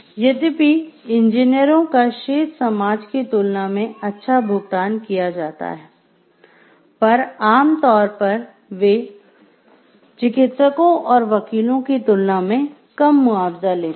यद्यपि इंजीनियरों को शेष समाज की तुलना में अच्छा भुगतान किया जाता हैपर आम तौर वे चिकित्सकों और वकीलों की तुलना में कम मुआवजा लेते हैं